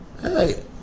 hey